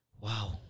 Wow